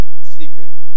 secret